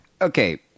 Okay